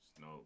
no